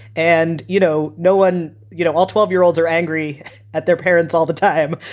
and, you know, no one, you know, all twelve year olds are angry at their parents all the time.